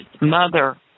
mother